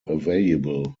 available